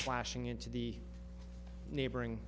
flashing into the neighboring